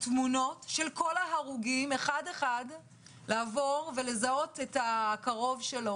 תמונות של כל ההרוגים אחד אחד ולזהות את הקרוב שלהם.